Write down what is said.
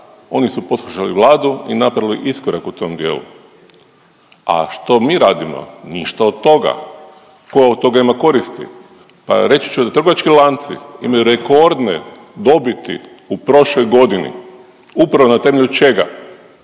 oni su poslušali Vladu i napravili iskorak u tom dijelu. A što mi radimo? Ništa od toga. Ko od toga ima koristi? Pa reći ću da trgovački lanci imaju rekordne dobiti u prošloj godini upravo na temelju čega?